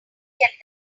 get